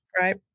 right